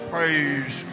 Praise